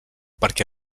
perquè